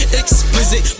explicit